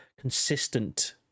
consistent